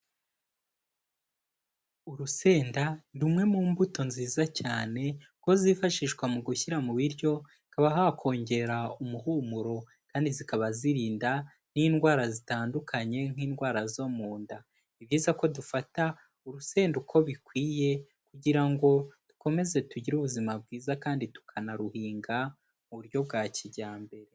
Urusenda rumwe mu mbuto nziza cyane kuko zifashishwa mu gushyira mu biryo hakaba hakongera umuhumuro kandi zikaba zirinda n'indwara zitandukanye nk'indwara zo mu nda, mi ibyiza ko dufata urusennda uko bikwiye kugira ngo dukomeze tugire ubuzima bwiza kandi tukanaruhinga mu buryo bwa kijyambere.